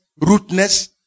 rudeness